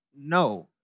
No